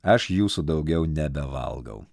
aš jūsų daugiau nebevalgau